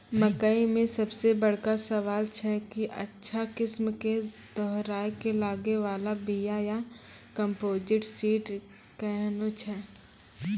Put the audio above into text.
मकई मे सबसे बड़का सवाल छैय कि अच्छा किस्म के दोहराय के लागे वाला बिया या कम्पोजिट सीड कैहनो छैय?